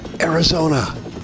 Arizona